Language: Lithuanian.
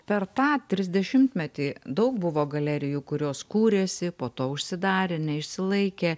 per tą trisdešimtmetį daug buvo galerijų kurios kūrėsi po to užsidarė neišsilaikė